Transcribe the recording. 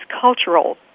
cultural